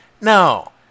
No